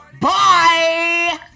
Bye